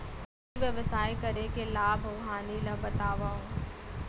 ई व्यवसाय करे के लाभ अऊ हानि ला बतावव?